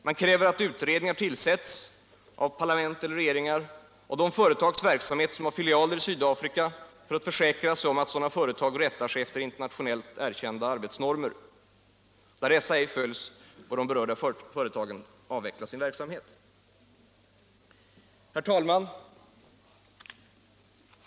Man kräver att utredningar tillsätts av parlament eller regeringar rörande de företags verksamhet som har filialer i Sydafrika för att försäkra sig om att sådana företag rättar sig efter internationellt erkända arbetsnormer. Där dessa ej följs bör de berörda företagen avveckla sin verksamhet. Herr talman!